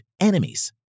enemies